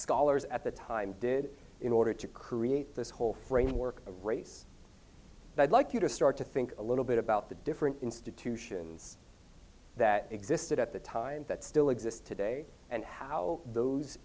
scholars at the time did in order to create this whole framework of race that like you to start to think a little bit about the different institutions that existed at the time that still exist today and how those